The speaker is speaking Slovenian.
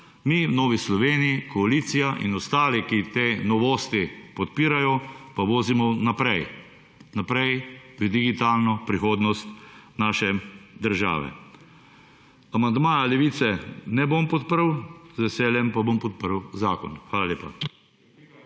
mi, v Novi Sloveniji, koalicija in ostali, ki te novosti podpirajo, pa vozimo naprej, naprej v digitalno prihodnost naše države. Amandma Levice ne bom podprl, z veseljem pa bom podprl zakon. Hvala lepa.